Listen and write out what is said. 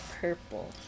purple